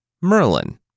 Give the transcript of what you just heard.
Merlin